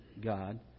God